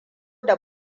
da